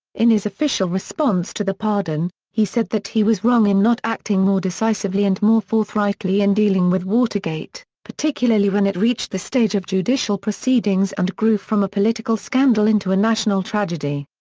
in his official response to the pardon, he said that he was wrong in not acting more decisively and more forthrightly in dealing with watergate, particularly when it reached the stage of judicial proceedings and grew from a political scandal into a national tragedy.